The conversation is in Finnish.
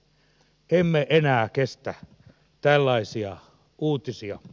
emme enää kestä tällaisia uutisia